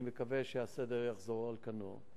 אני מקווה שהסדר יחזור על כנו.